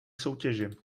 soutěži